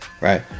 Right